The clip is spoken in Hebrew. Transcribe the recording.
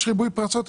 יש ריבוי פרצות,